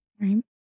Right